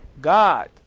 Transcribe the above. God